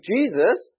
Jesus